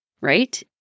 right